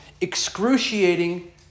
excruciating